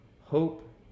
Hope